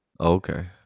Okay